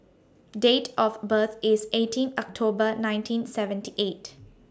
Date of birth IS eighteen October nineteen seventy eight